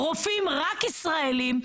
רופאים רק ישראלים.